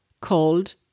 called